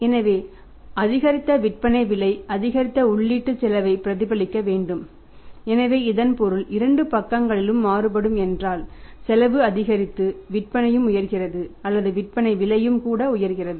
எனவே அதிகரித்த விற்பனை விலை அதிகரித்த உள்ளீட்டு செலவை பிரதிபலிக்க வேண்டும் எனவே இதன் பொருள் இரண்டு பக்கங்களிலும் மாறுபடும் என்றால் செலவு அதிகரித்து விற்பனையும் உயர்கிறது அல்லது விற்பனை விலையும் கூட உயர்கிறது